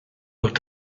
wird